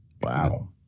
Wow